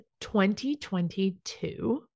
2022